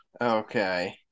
Okay